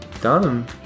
done